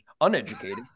uneducated